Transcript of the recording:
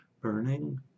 Burning